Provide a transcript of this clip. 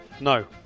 No